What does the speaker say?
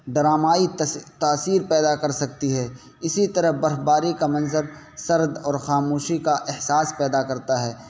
ڈرامائی تاثیر پیدا کر سکتی ہے اسی طرح برف باری کا منظر سرد اور خاموشی کا احساس پیدا کرتا ہے